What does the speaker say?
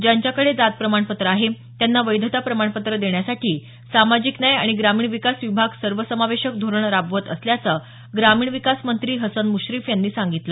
ज्यांच्याकडे जात प्रमाणपत्र आहे त्यांना वैधता प्रमाणपत्र देण्यासाठी सामाजिक न्याय आणि ग्रामीण विकास विभाग सर्वसमावेशक धोरण राबवत असल्याचं ग्रामीण विकासमंत्री हसन मुश्रीफ यांनी सांगितलं